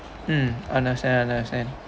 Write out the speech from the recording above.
mm understand understand